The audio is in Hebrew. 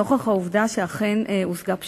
נוכח העובדה שאכן הושגה פשרה,